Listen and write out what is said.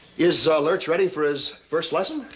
is ah lurch ready for his first lesson?